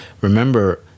Remember